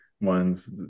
ones